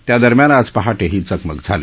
त्या दरम्यान आज पहाटे ही चकमक झाली